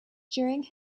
during